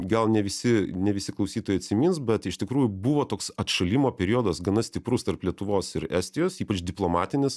gal ne visi ne visi klausytojai atsimins bet iš tikrųjų buvo toks atšalimo periodas gana stiprus tarp lietuvos ir estijos ypač diplomatinis